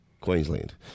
Queensland